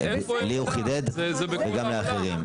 לי הוא חידד וגם לאחרים.